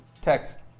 text